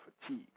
fatigue